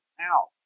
out